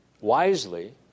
wisely